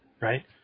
Right